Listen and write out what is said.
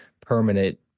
permanent